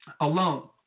alone